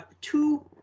two